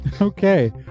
Okay